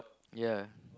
ya